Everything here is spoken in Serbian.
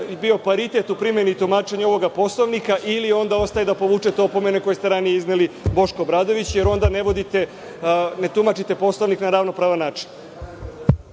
bio paritet u primeni tumačenja ovog Poslovnika, ili onda ostaje da povučete opomene koje ste ranije izrekli Bošku Obradoviću, jer onda ne tumačite Poslovnik na ravnopravan način.